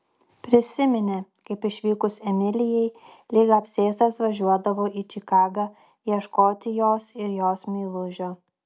prisiminė kaip išvykus emilijai lyg apsėstas važiuodavo į čikagą ieškoti jos ir jos meilužio